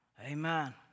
Amen